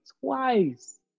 twice